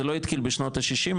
זה לא התחיל בשנות ה-60',